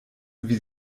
wie